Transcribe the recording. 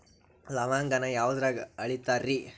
ಲವಂಗಾನ ಯಾವುದ್ರಾಗ ಅಳಿತಾರ್ ರೇ?